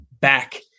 back